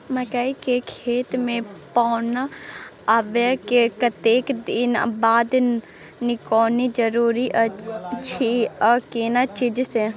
मकई के खेत मे पौना आबय के कतेक दिन बाद निकौनी जरूरी अछि आ केना चीज से?